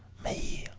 me?